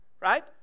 right